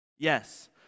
Yes